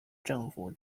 政府